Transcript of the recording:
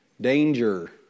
danger